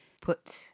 put